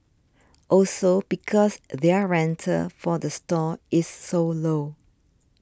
also because their rental for the stall is so low